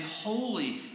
holy